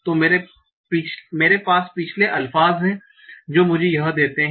तो मेरे पास पिछले अल्फ़ास् हैं जो मुझे यह देते हैं